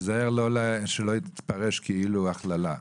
תיזהר שלא יתפרש כהכללה.